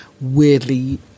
weirdly